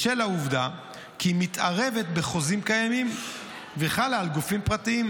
בשל העובדה כי היא מתערבת בחוזים קיימים וחלה על גופים פרטיים,